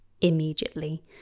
immediately